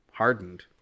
Hardened